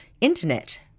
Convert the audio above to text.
internet